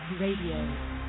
Radio